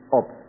up